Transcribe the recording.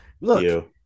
Look